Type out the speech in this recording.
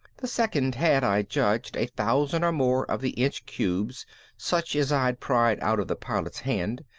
the second had i judged a thousand or more of the inch cubes such as i'd pried out of the pilot's hand,